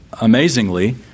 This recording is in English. amazingly